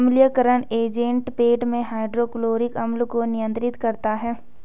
अम्लीयकरण एजेंट पेट में हाइड्रोक्लोरिक अम्ल को नियंत्रित करता है